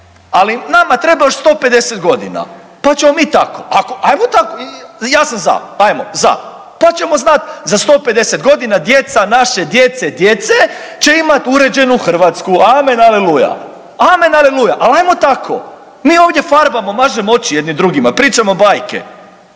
Ali nama treba još 150 godina, pa ćemo mi tako. Ajmo tako ja sam za, ajmo za, pa ćemo znat za 150 godina djeca naše djece, djece će imati uređenu Hrvatsku. Amen, aleluja, amen aleluja, ali ajmo tako, Mi ovdje farbamo mažemo oči jedni drugima, pričamo bajke